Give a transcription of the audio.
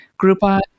Groupon